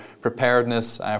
preparedness